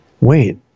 wait